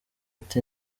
ati